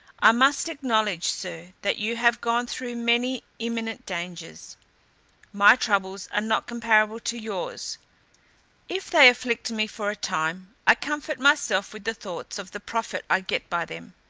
i must acknowledge, sir, that you have gone through many imminent dangers my troubles are not comparable to yours if they afflict me for a time, i comfort myself with the thoughts of the profit i get by them.